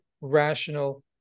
rational